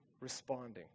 responding